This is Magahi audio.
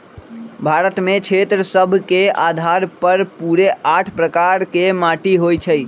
भारत में क्षेत्र सभ के अधार पर पूरे आठ प्रकार के माटि होइ छइ